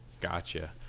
Gotcha